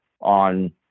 on